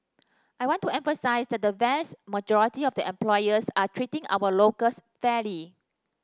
I want to emphasise that the vast majority of the employers are treating our locals fairly